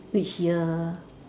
which year